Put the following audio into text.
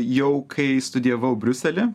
jau kai studijavau briusely